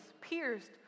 pierced